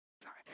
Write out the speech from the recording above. Sorry